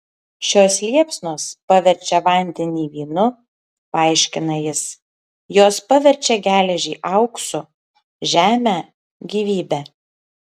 šios liepsnos paverčia vandenį vynu paaiškina jis jos paverčia geležį auksu žemę gyvybe